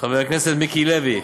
חבר הכנסת מיקי לוי.